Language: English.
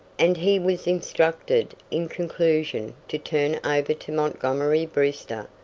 and he was instructed, in conclusion, to turn over to montgomery brewster,